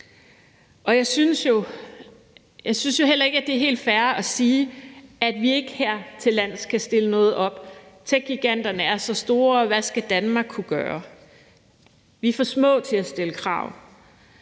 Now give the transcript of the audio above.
Jeg synes jo heller ikke, at det er helt fair at sige, at vi ikke hertillands kan stille noget op, at techgiganterne er så store, og at vi er for små til at stille krav,